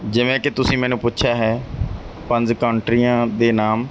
ਜਿਵੇਂ ਕਿ ਤੁਸੀਂ ਮੈਨੂੰ ਪੁੱਛਿਆ ਹੈ ਪੰਜ ਕੰਟਰੀਆਂ ਦੇ ਨਾਮ